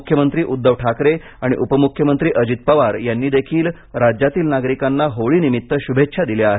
मुख्यमंत्री उद्दव ठाकरे आणि उप मुख्यमंत्री अजित पवार यांनी देखील राज्यातील नागरिकांनी होळीनिमित्त शुभेच्छा दिल्या आहेत